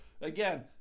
again